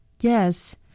Yes